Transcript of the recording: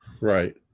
Right